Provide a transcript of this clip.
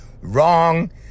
Wrong